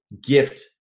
gift –